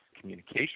communication